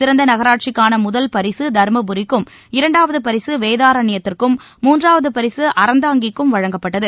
சிறந்த நகராட்சிக்கான முதல் பரிசு தருமபுரிக்கும் இரண்டாவது பரிசு வேதாரண்யத்திற்கும் மூன்றாவது பரிசு அறந்தாங்கிக்கும் வழங்கப்பட்டது